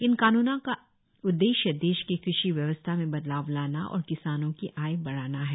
इन कानूनों का उद्देश्य देश की कृषि व्यवस्था में बदलाव लाना और किसानों की आय बढ़ाना है